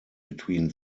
between